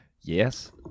Yes